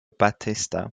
batista